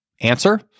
Answer